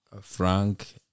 Frank